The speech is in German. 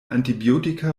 antibiotika